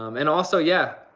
um and also, yeah,